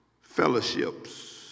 fellowships